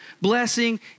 blessing